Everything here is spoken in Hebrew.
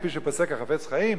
כפי שפוסק החפץ-חיים,